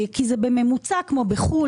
כי זה בממוצע כמו בחו"ל,